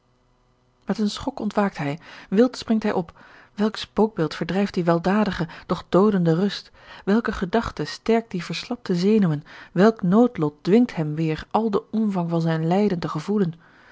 met een schok ontwaakt hij wild springt hij op welk spookbeeld verdrijft die weldadige doch doodende rust welke gedachte sterkt die verslapte zenuwen welk noodlot dwingt hem weêr al den omvang van zijn lijden te gevoelen